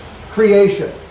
creation